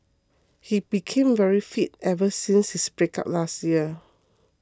he became very fit ever since his breakup last year